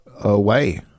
away